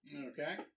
Okay